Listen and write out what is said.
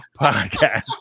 podcast